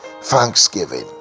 thanksgiving